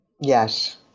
Yes